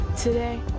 Today